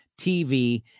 TV